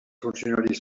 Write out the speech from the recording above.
funcionaris